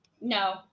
No